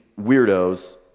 weirdos